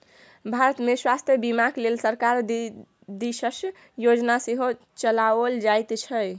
भारतमे स्वास्थ्य बीमाक लेल सरकार दिससँ योजना सेहो चलाओल जाइत छै